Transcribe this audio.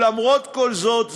ולמרות כל זאת,